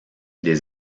des